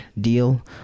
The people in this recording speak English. deal